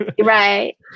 Right